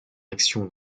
action